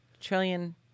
trillion